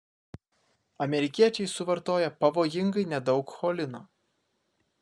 amerikiečiai suvartoja pavojingai nedaug cholino